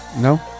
No